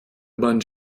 man